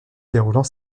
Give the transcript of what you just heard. déroulant